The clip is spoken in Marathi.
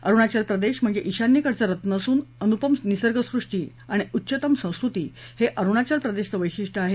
अरुणाचल प्रदेश म्हणजे ईशान्येकडचं रत्न असून अनुपम निसर्गसृष्टी आणि उच्चतम संस्कृती हे अरुणाचल प्रदेशचं वैशिष्ट्य आहे